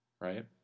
right